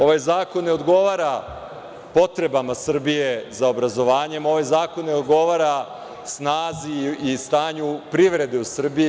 Ovaj zakon ne odgovara potrebama Srbije za obrazovanjem, ovaj zakon ne odgovara snazi i stanju privrede u Srbiji.